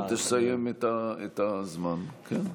עד שתסיים את הזמן, כן.